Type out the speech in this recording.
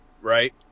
Right